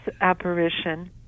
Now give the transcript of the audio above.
apparition